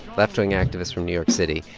left-wing activist from new york city,